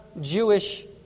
Jewish